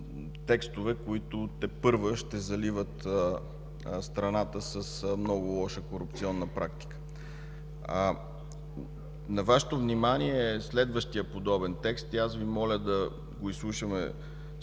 които тепърва ще заливат страната с много лоша корупционна практика. На Вашето внимание е следващият подобен текст. Моля Ви да го изслушаме